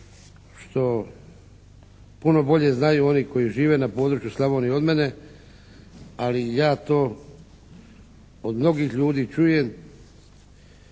što puno bolje znaju oni koji žive na području Slavonije od mene. Ali ja to od mnogih ljudi čujem.